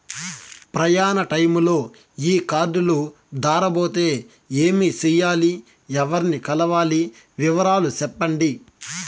ప్రయాణ టైములో ఈ కార్డులు దారబోతే ఏమి సెయ్యాలి? ఎవర్ని కలవాలి? వివరాలు సెప్పండి?